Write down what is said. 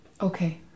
Okay